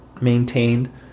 maintained